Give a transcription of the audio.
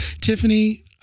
Tiffany